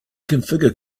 configure